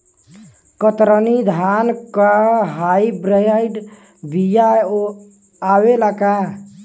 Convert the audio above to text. कतरनी धान क hybrid बिया आवेला का?